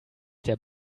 der